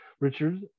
Richard